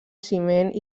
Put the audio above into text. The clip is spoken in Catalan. ciment